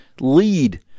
lead